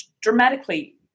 dramatically